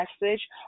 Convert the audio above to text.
message